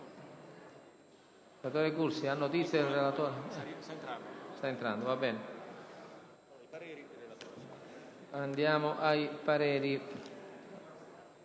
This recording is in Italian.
Grazie,